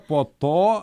po to